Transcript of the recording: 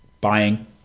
Buying